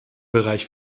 bereich